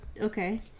okay